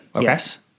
yes